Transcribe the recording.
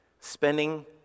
Spending